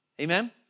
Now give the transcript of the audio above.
Amen